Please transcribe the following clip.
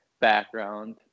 background